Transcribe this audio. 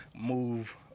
move